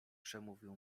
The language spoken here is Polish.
przemówił